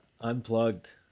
Unplugged